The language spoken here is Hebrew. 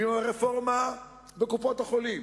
ועם הרפורמה בקופות-החולים